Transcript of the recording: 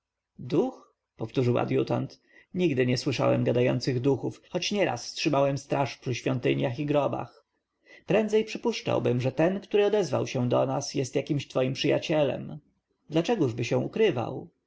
duch powtórzył adjutant nigdy nie słyszałem gadających duchów choć nieraz trzymałem straż przy świątyniach i grobach prędzej przypuszczałbym że ten który odezwał się do nas jest jakimś twoim przyjacielem dlaczegóżby się ukrywał